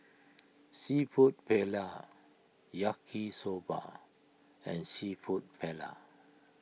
Seafood Paella Yaki Soba and Seafood Paella